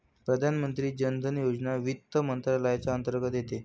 प्रधानमंत्री जन धन योजना वित्त मंत्रालयाच्या अंतर्गत येते